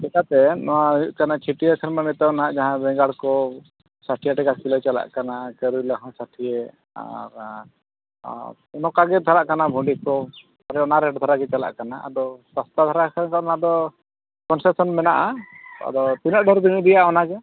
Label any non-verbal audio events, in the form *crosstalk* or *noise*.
ᱪᱤᱠᱟᱹᱛᱮ ᱱᱚᱣᱟ ᱦᱩᱭᱩᱜ ᱠᱟᱱᱟ *unintelligible* ᱡᱟᱦᱟᱸ ᱵᱮᱸᱜᱟᱲ ᱠᱚ *unintelligible* ᱴᱟᱠᱟ ᱠᱤᱞᱳ ᱪᱟᱞᱟᱜ ᱠᱟᱱᱟ ᱠᱚᱨᱮᱞᱟ ᱦᱚᱸ *unintelligible* ᱟᱨ ᱚᱱᱠᱟ ᱜᱮ ᱯᱟᱲᱟᱜ ᱠᱟᱱᱟ ᱵᱷᱮᱱᱰᱤ ᱠᱚ ᱛᱟᱦᱚᱞᱮ ᱚᱱᱟ ᱨᱮᱹᱴ ᱫᱷᱟᱨᱟ ᱜᱮ ᱪᱟᱞᱟᱜ ᱠᱟᱱᱟ ᱟᱫᱚ ᱥᱚᱥᱛᱟ ᱫᱷᱟᱨᱟ ᱠᱷᱟᱡ ᱫᱚ ᱚᱱᱟᱫᱚ ᱠᱚᱱᱥᱮᱥᱚᱱ ᱢᱮᱱᱟᱜᱼᱟ ᱟᱫᱚ ᱛᱤᱱᱟᱹᱜ ᱰᱷᱮᱹᱨ ᱵᱮᱱ ᱤᱫᱤᱭᱟ ᱚᱱᱟᱜᱮ